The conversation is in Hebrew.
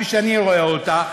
כפי שאני רואה אותה,